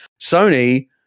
Sony